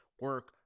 Work